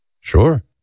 Sure